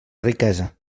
riquesa